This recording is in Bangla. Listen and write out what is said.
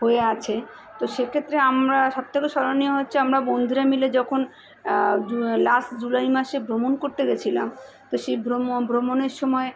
হয়ে আছে তো সেক্ষেত্রে আমরা সবথেকে স্মরণীয় হচ্ছে আমরা বন্ধুরা মিলে যখন জু লাস্ট জুলাই মাসে ভ্রমণ করতে গেছিলাম তো সেই ভ্রম ভ্রমণের সময়